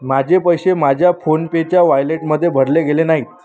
माझे पैसे माझ्या फोनपेच्या वॉयलेटमध्ये भरले गेले नाहीत